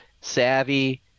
savvy